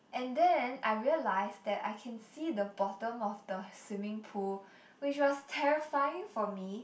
and then I realised that I can see the bottom of the swimming pool which was terrifying for me